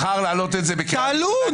מחר להעלות את זה בקריאה --- תעלו.